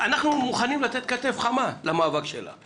מוכנים לתת כתף חמה למאבק של צמרת המשרד.